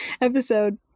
episode